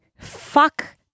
fuck